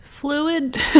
Fluid